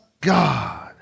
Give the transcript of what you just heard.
God